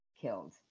killed